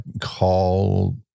call